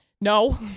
No